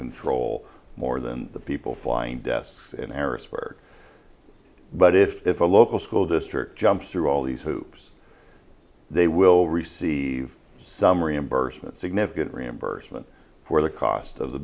control more than the people flying desks and harrisburg but if a local school district jumps through all these hoops they will receive some reimbursement significant reimbursement for the cost of the